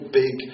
big